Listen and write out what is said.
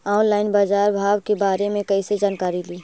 Online बाजार भाव के बारे मे कैसे जानकारी ली?